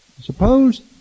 Suppose